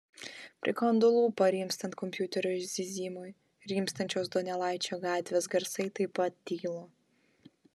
prikando lūpą rimstant kompiuterio zyzimui rimstančios donelaičio gatvės garsai taip pat tilo